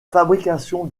fabrication